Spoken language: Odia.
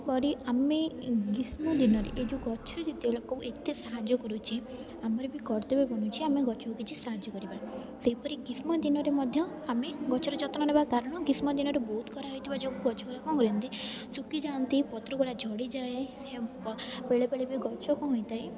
ପରି ଆମେ ଗ୍ରୀଷ୍ମ ଦିନରେ ଏ ଯେଉଁ ଗଛ ଯେତେବେଳେ ଲୋକ ଏତେ ସାହାଯ୍ୟ କରୁଛି ଆମର ବି କର୍ତ୍ତବ୍ୟ ବନୁଛି ଆମେ ଗଛକୁ କିଛି ସାହାଯ୍ୟ କରିବା ସେହିପରି ଗ୍ରୀଷ୍ମ ଦିନରେ ମଧ୍ୟ ଆମେ ଗଛର ଯତ୍ନ ନେବା କାରଣ ଗ୍ରୀଷ୍ମ ଦିନରେ ବହୁତ ଖରା ହେଇଥିବା ଯୋଗୁଁ ଗଛ ଗୁଡ଼ା କ'ଣ କରନ୍ତି ଶୁଖିଯାଆନ୍ତି ପତ୍ର ଗୁଡ଼ା ଝଡ଼ିଯାଏ ସେ ବେଳେବେଳେ ବି ଗଛ କ'ଣ ହେଇଥାଏ